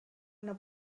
una